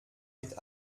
mit